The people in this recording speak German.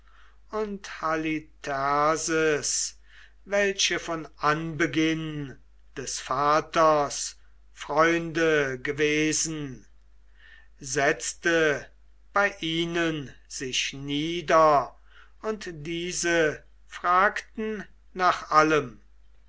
und halitherses welche von anbeginn des vaters freunde gewesen setzte bei ihnen sich nieder und diese fragten nach allem